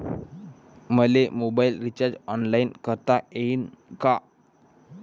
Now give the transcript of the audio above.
मले mobile recharge online करता येईन का?